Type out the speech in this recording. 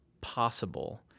possible